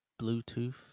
Bluetooth